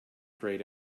grayed